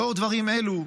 לאור דברים אלו,